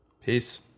Peace